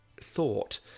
thought